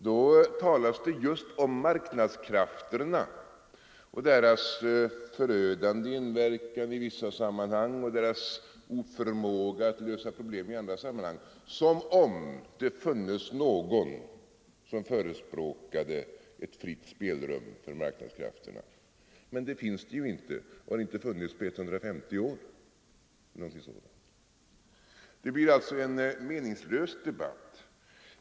Då talas det just om marknadskrafterna, om deras förödande inverkan i vissa sammanhang och deras oförmåga att lösa problem i andra sammanhang, som om det funnes någon som förespråkade ett fritt spelrum för marknadskrafterna. Men det finns det inte och har inte funnits på 150 år, eller någonting sådant. Det blir alltså en meningslös debatt.